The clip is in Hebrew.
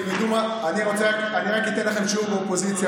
אני רק אתן לכם שיעור באופוזיציה,